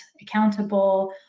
accountable